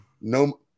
No